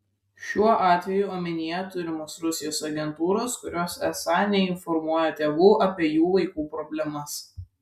šiuo atveju omenyje turimos rusijos agentūros kurios esą neinformuoja tėvų apie jų vaikų problemas